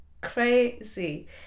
crazy